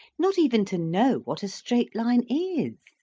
not even to know what a straight line is!